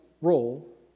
role